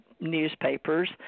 Newspapers